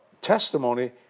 testimony